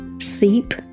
seep